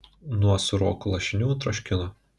nuo sūrokų lašinių troškino